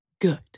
good